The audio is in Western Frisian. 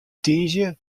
tiisdei